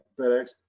FedEx